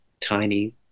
Tiny